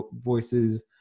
voices